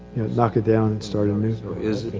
knock it down and start anew. so is,